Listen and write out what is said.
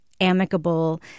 amicable